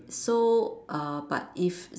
so err but if